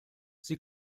sie